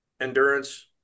endurance